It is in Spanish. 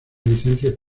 licencia